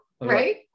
Right